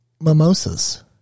mimosas